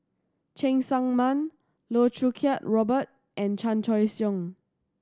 Cheng Tsang Man Loh Choo Kiat Robert and Chan Choy Siong